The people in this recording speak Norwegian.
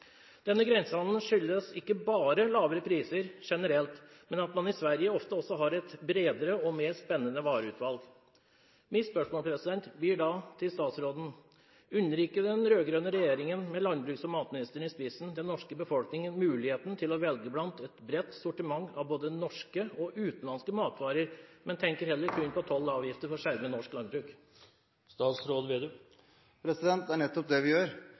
Denne grensehandelen skyldes ikke bare lavere priser generelt, men at man i Sverige ofte også har et bredere og mer spennende vareutvalg. Mitt spørsmål til statsråden blir da: Unner ikke den rød-grønne regjeringen med landbruks- og matministeren i spissen den norske befolkningen muligheten til å velge blant et bredt sortiment av både norske og utenlandske matvarer, men vil heller tenke på toll og avgifter for å skjerme norsk landbruk? Det er nettopp det vi gjør.